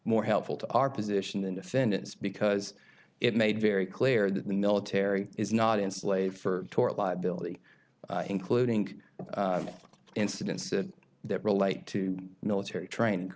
more helpful to our position than defendants because it made very clear that the military is not enslaved for tort liability including incidents that relate to military training